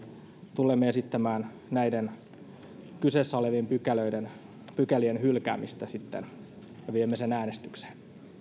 tulemme esittämään näiden kyseessä olevien pykälien pykälien hylkäämistä ja viemme asian äänestykseen